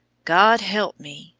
god help me!